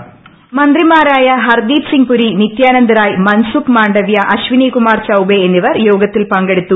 voice മന്ത്രിമാരായ ഹർദ്ദീപ് സിംഗ് പുരി നിത്യാനന്ദ് റായ് മൻസുഖ് മാണ്ഡവ്യ അശ്വനികുമാർ ചൌബേ എന്നിവർ യോഗത്തിൽ പങ്കെടുത്തു